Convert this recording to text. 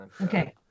Okay